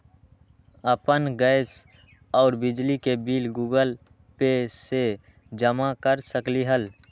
अपन गैस और बिजली के बिल गूगल पे से जमा कर सकलीहल?